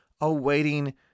awaiting